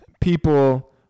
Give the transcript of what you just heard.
people